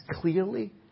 clearly